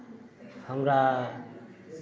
हमरा